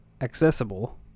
accessible